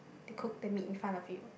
they cook the meat in front of you